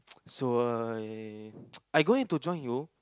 so I I going to join you